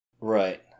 Right